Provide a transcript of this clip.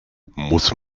muss